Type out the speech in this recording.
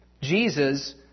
Jesus